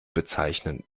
bezeichnen